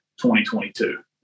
2022